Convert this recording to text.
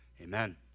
amen